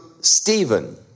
Stephen